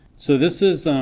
so this is